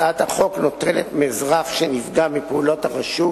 הצעת החוק נוטלת מאזרח שנפגע מפעולת הרשות